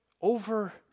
Over